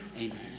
Amen